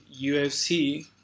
UFC